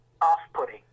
off-putting